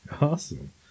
Awesome